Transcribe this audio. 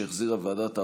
שהחזירה ועדת העבודה,